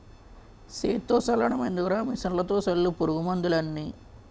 సేత్తో సల్లడం ఎందుకురా మిసన్లతో సల్లు పురుగు మందులన్నీ